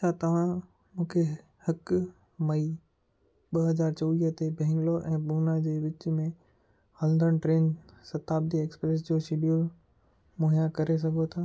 छा तव्हां मूंखे हकु मई ॿ हज़ार चोवीह ते बैंगलोर ऐं पूना जे विच में हलंदड़ ट्रेन शताब्दी एक्सप्रेस जो शिड्यूल मुहैया करे सघो था